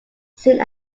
soon